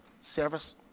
service